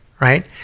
right